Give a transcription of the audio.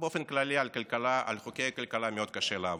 באופן כללי, על חוקי הכלכלה מאוד קשה לעבוד.